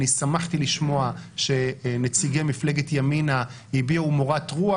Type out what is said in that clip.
שמחתי לשמוע שנציגי מפלגת ימינה הביעו מורת רוח.